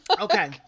Okay